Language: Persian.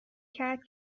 کرد